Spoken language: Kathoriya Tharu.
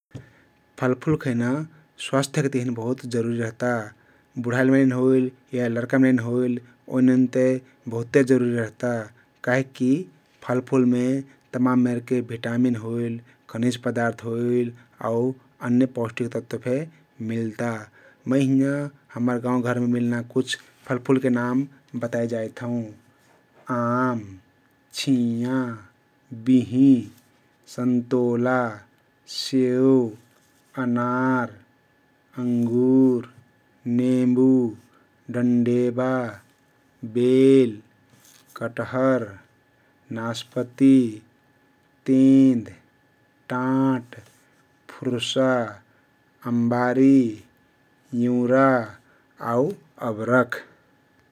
फलफुल खैना स्वास्थ्यके तहिन बहुत जरुरी रहता । बुढइल मनैन होइल या लर्का मनैन होइल ओइनन ते बहुते जरुरी रहता कहिकी फलफुलमे तमान मेरके भिटामिन होइल, खनिज पदार्थ होइल आउ अन्य पौष्टिक तत्व फे मिल्ता । मै हिंयाँ हम्मर गाउँ घरमे मिल्ना कुछ फलफुलके नाम बताइ जाइत हउँ । आम, छियाँ, बिहिँ, सन्तोला, सेउ, अनार, अङ्गुर, नेँबु, डन्डेबा, बेल, कटहर, नास्पती, तेँद, टाँट, फुर्सा, अम्बारी, इउँरा, आउ अबरख ।